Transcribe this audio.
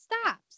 stops